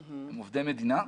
הם עובדי מדינה.